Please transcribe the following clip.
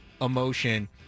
emotion